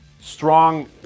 strong